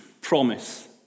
promise